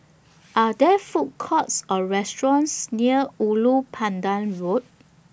Are There Food Courts Or restaurants near Ulu Pandan Road